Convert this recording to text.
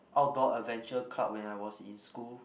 outdoor adventure club when I was in school